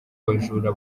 bajura